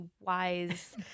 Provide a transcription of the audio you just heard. wise